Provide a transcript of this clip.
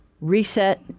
Reset